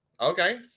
Okay